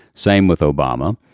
same with obama.